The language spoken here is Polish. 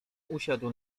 usiadł